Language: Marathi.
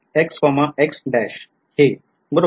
हे बरोबर